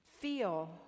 feel